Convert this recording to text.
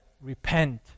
Repent